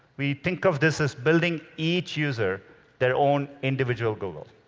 we think of this as building each user their own individual google.